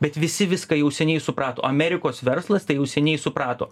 bet visi viską jau seniai suprato amerikos verslas tai jau seniai suprato